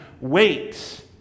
wait